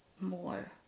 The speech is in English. more